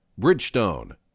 Bridgestone